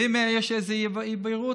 ואם יש איזו אי-בהירות,